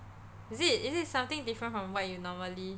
is it is it something different from what you normally